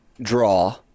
draw